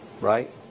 right